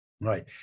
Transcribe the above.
Right